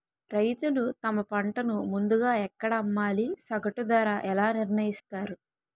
రైతులు తమ పంటను ముందుగా ఎక్కడ అమ్మాలి? సగటు ధర ఎలా నిర్ణయిస్తారు?